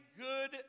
good